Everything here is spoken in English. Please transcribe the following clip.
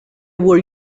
were